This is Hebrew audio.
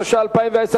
התש"ע 2010,